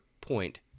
point